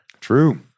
True